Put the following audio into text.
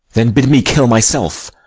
then bid me kill myself,